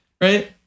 Right